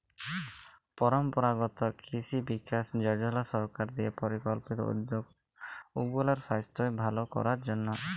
পরম্পরাগত কিসি বিকাস যজলা সরকার দিঁয়ে পরিকল্পিত উদ্যগ উগলার সাইস্থ্য ভাল করার জ্যনহে